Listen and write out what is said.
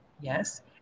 yes